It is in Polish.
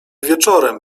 wieczorem